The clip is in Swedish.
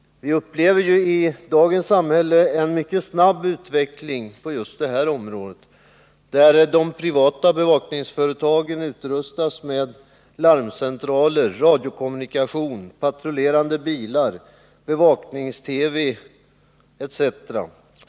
Vi har i dagens samhälle en mycket snabb utveckling på detta område. De privata bevakningsföretagen utrustar sig med larmcentraler, radiokommunikation, patrullerande bilar, bevaknings-TV, etc.